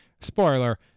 Spoiler